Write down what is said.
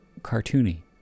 cartoony